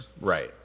Right